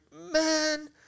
man